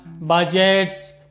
budgets